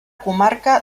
comarca